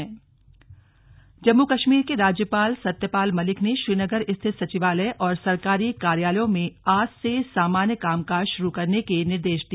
slug Jammu Kashmir Jammu Kashmir के राज्यपाल सत्यपाल मलिक ने श्रीनगर स्थित सचिवालय और सरकारी कार्यालयों में आज से सामान्य कामकाज शुरू करने का निर्देश दिया